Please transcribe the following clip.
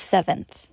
Seventh